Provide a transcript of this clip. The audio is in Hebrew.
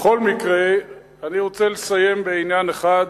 בכל מקרה אני רוצה לסיים בעניין אחד,